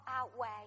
outweigh